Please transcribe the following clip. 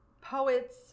poets